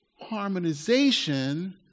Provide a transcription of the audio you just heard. harmonization